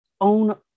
own